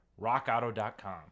RockAuto.com